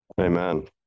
Amen